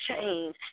change